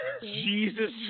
Jesus